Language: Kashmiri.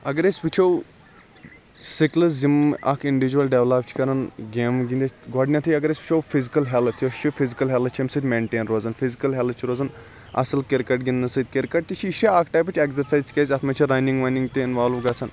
اگر أسۍ وٕچھو سِکِلٕز یِم اَکھ اِنڈِجول ڈیولَپ چھ کَرن گیمہٕ گِنٛدِتھ گۄڈنیتھٕے اگر أسۍ وٕچھو فِضکل ہیلٕتھ یۄس چھِ فِضکل ہیلتھ چھِ اَمہِ سۭتۍ مینٹیٚن روزان فِضِکل ہیلتھ چھِ روزن اَصٕل کِرکَٹ گِنٛدنہٕ سۭتۍ کِرکَٹ تہِ چھُ یہِ چھُ اَکھ ٹایپٕچ ایکزرسایِز تِکیازِ اَتھ منٛز چھِ رَنِنٛگ وَنِنٛگ تہِ اِنوالٕو گَژھان